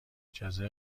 اجازه